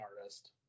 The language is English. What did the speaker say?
artist